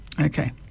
Okay